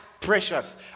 precious